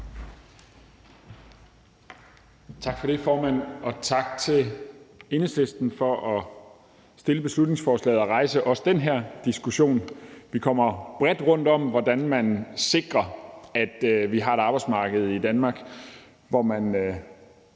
Tak for det, formand, og tak til Enhedslisten for at fremsætte beslutningsforslaget og rejse også den her diskussion. Vi kommer bredt rundt om, hvordan man sikrer, at vi har et arbejdsmarked i Danmark, hvor de